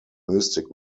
mystic